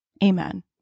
Amen